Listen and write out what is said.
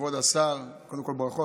כבוד השר, קודם כול ברכות.